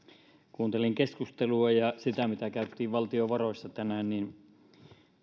kuuntelin tätä keskustelua ja sitä mitä käytiin valtiovaroissa tänään niin